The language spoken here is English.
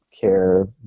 care